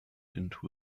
into